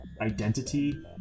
identity